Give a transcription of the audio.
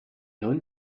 nun